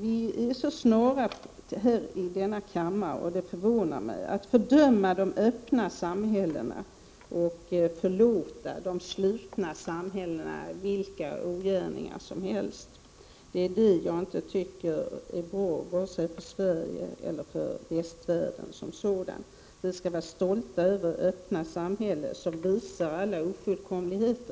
vi är så snara här i denna kammare, och det förvånar mig, att fördöma de öppna samhällena och förlåta de slutna samhällena vilka ogärningar som helst. Det är det jag inte tycker är bra vare sig för Sverige eller för västvärlden som sådan. Vi skall vara stolta över öppna samhällen, som visar alla ofullkomligheter.